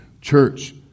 Church